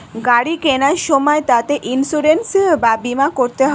গাড়ি কেনার সময় তাতে ইন্সুরেন্স বা বীমা করতে হয়